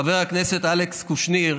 חבר הכנסת אלכס קושניר,